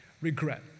regret